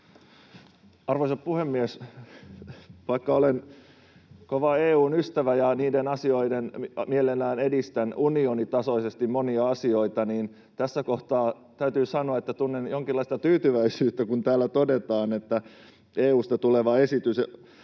Arvoisa puhemies! Vaikka olen kova EU:n ystävä ja mielelläni edistän unionitasoisesti monia asioita, niin tässä kohtaa täytyy sanoa, että tunnen jonkinlaista tyytyväisyyttä, kun täällä todetaan, että EU:sta tuleva esitys